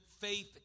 faith